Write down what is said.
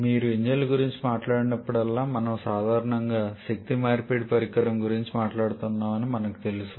మీరు ఇంజిన్ల గురించి మాట్లాడినప్పుడల్లా మనము సాధారణంగా శక్తి మార్పిడి పరికరం గురించి మాట్లాడుతున్నామని మనకి తెలుసు